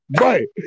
Right